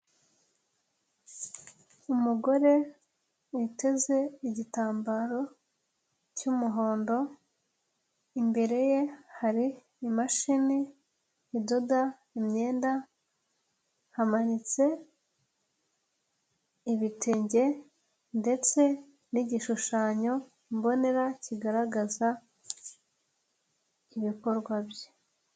Umugore witeze igitambaro cy'umuhondo, imbere ye hari imashini idoda imyenda hamanitse ibitenge ndetse n'igishushanyo mbonera kigaragaza ibikorwa bye.